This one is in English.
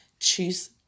Choose